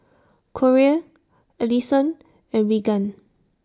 Corey Alison and Regan